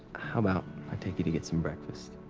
how about i take you to get some breakfast,